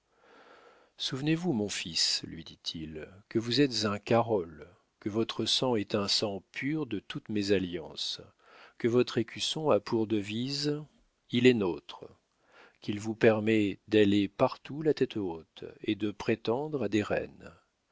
souvenez-vous mon fils lui dit-il que vous êtes un carol que votre sang est un sang pur de toute mésalliance que votre écusson a pour devise il est nôtre qu'il vous permet d'aller partout la tête haute et de prétendre à des reines